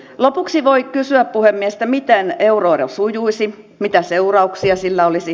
lopuksi voi kysyä puhemies miten euroero sujuisi mitä seurauksia sillä olisi